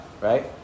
right